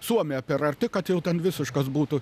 suomija per arti kad jau ten visiškas būtų